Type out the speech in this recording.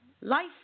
life